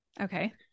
Okay